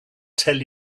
tell